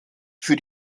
für